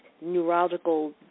neurological